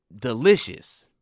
delicious